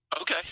Okay